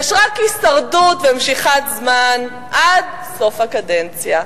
יש רק הישרדות ומשיכת זמן עד סוף הקדנציה.